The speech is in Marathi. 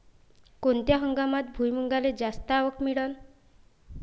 कोनत्या हंगामात भुईमुंगाले जास्त आवक मिळन?